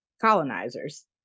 colonizers